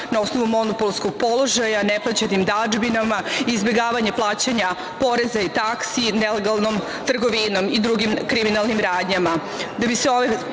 na osnovu monopolskog položaja, neplaćenim dažbinama, izbegavanjem plaćanja poreza i taksi, nelegalnom trgovinom i drugim kriminalnim radnjama.